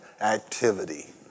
Activity